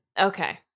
Okay